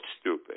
stupid